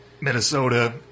Minnesota